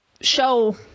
show